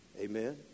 Amen